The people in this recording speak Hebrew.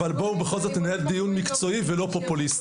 אבל בואו בכל זאת ננהל דיון מקצועי ולא פופוליסטי.